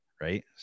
right